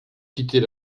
quitter